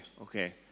Okay